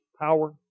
power